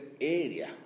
area